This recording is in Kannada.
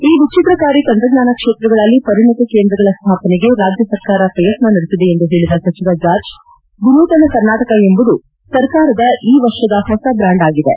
ಈ ವಿಚಿದ್ರಕಾರಿ ತಂತ್ರಜ್ಞಾನ ಕ್ಷೇತ್ರಗಳಲ್ಲಿ ಪರಿಣಿತಿ ಕೇಂದ್ರಗಳ ಸ್ನಾಪನೆಗೆ ರಾಜ್ಯ ಸರ್ಕಾರ ಪ್ರಯತ್ನ ನಡೆಸಿದೆ ಎಂದು ಹೇಳಿದ ಸಚಿವ ಜಾರ್ಜ್ ವಿನೂತನ ಕರ್ನಾಟಕ ಎಂಬುದು ಸರ್ಕಾರದ ಈ ವರ್ಷದ ಹೊಸ ಬ್ರ್ಯಾಂಡ್ಆಗಿದೆ